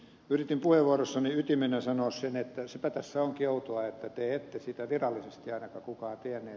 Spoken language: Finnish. yritin puheenvuorossani ytimenä sanoa sen että sepä tässä onkin outoa että te ette sitä virallisesti ainakaan kukaan tienneet